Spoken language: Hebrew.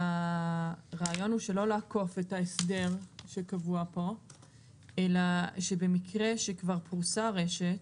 הרעיון הוא שלא לעקוף את ההסדר שקבוע פה אלא שבמקרה שכבר פרוסה רשת